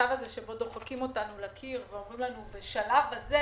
המצב הוא שדוחקים אותנו לקיר ואומרים לנו: בשלב הזה,